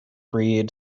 breed